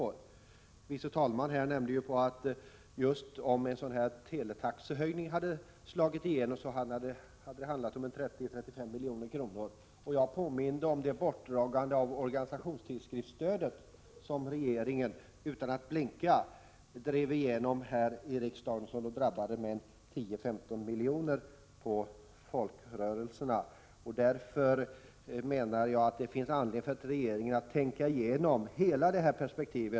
Andre vice talmannen Karl Erik Eriksson nämnde ju här att det, om en teletaxehöjning hade slagit igenom, skulle ha handlat om 30-35 milj.kr. Vidare påminde jag om det bortdragande av organisationstidsskriftsstödet som regeringen — utan att blinka — drev igenom här i riksdagen och som medförde ytterligare 10-15 milj.kr. i utgifter för folkrörelserna. Jag menar således att det finns anledning för regeringen att tänka igenom frågan i hela dess perspektiv.